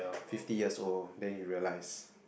fifty years old then he realises